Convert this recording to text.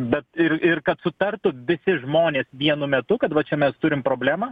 bet ir ir kad sutartų visi žmonės vienu metu kad va čia mes turim problemą